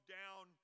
down